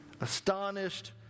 astonished